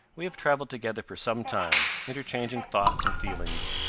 we have traveled together for some time, interchanging thoughts and feelings,